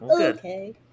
Okay